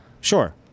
sure